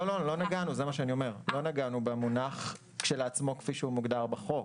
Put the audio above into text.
אני אומר שלא נגענו במונח כשלעצמו כפי שהוא מוגדר בחוק.